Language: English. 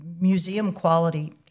museum-quality